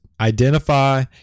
identify